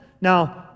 Now